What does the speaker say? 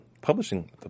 publishing